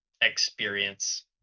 experience